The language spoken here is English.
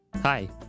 Hi